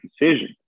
decision